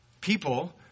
People